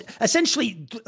essentially